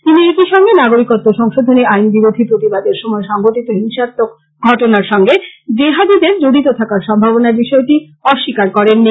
তিনি একইসঙ্গে নাগরিকতু সংশোধনী আইন বিরোধী প্রতিবাদের সময় সংঘটিত হিংসাত্মক ঘটনার সঙ্গে জেহাদীদের জড়িত থাকার সম্ভাবনার বিষয়টি অস্বীকার করেননি